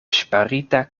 ŝparita